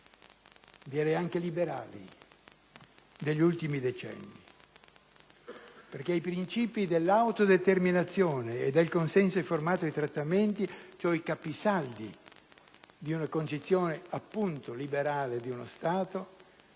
direi anche liberali - degli ultimi decenni. I principi dell'autodeterminazione e del consenso informato dei trattamenti sono i capisaldi di una concezione liberale di uno Stato,